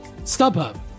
StubHub